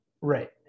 Right